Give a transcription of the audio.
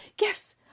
yes